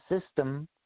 system